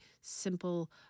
simple